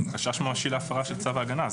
חשש ממשי להפרה של צו ההגנה.